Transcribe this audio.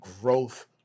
growth